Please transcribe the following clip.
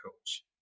Coach